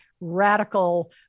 radical